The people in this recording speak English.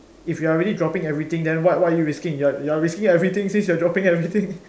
if you're already dropping everything then what what are you risking you're you are risking everything since you are dropping everything